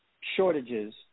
shortages